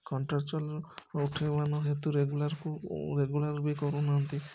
contractual ଉଠେଇବା ନ ହେତୁ ରେଗୁଲାର୍କୁ ରେଗୁଲାର୍ ବି କରୁନାହାନ୍ତି